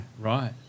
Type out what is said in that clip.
Right